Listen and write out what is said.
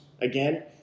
again